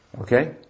okay